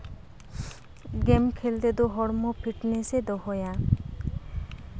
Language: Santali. ᱜᱮᱢ ᱠᱷᱮᱞ ᱛᱮᱫᱚ ᱦᱚᱲᱢᱚ ᱯᱷᱤᱴᱱᱮᱥᱮ ᱫᱚᱦᱚᱭᱟ